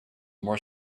more